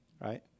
right